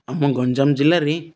ଆମ ଗଞ୍ଜାମ ଜିଲ୍ଲାରେ